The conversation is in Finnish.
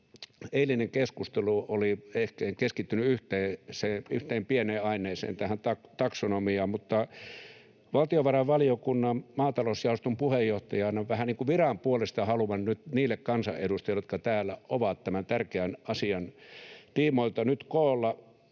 eilinen keskustelu oli ehkä keskittynyt yhteen pieneen aiheeseen, tähän taksonomiaan, mutta valtiovarainvaliokunnan maatalousjaoston puheenjohtajana vähän niin kuin viran puolesta haluan nyt niille kansanedustajille, jotka täällä ovat tämän tärkeän asian tiimoilta nyt koolla,